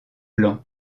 blanc